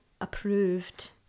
approved